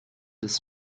des